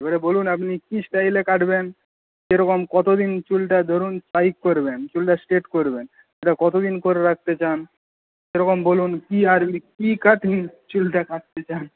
এবারে বলুন আপনি কী স্টাইলে কাটবেন কেরকম কতো দিন চুলটা ধরুন স্পাইক করবেন চুলটা স্ট্রেট করবেন সেটা কত দিন করে রাখতে চান সেরকম বলুন কী আর ওই কী কাটিং চুলটা কাটতে চান